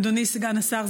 אדוני סגן השר,